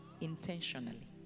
intentionally